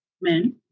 Men